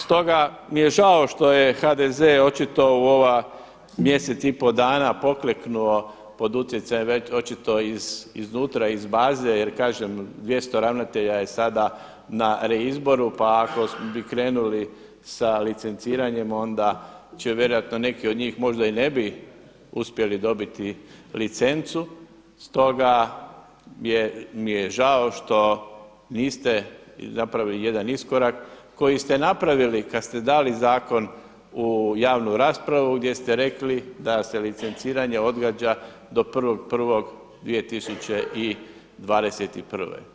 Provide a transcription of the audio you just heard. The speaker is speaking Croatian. Stoga mi je žao što je HDZ očito u ova mjesec i pol dana pokleknuo pod utjecaj očito iznutra iz baze jer kažem 200 ravnatelja je sada na reizboru pa ako bi krenuli sa licenciranjem onda će vjerojatno neki od njih možda i ne bi uspjeli dobiti licencu, stoga mi je žao što niste napravili jedan iskorak koji ste napravili kada ste dali zakon u javnu raspravu, gdje ste rekli da se licenciranje odgađa do 1.1.2021.